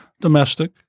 domestic